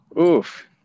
Oof